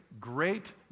great